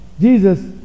Jesus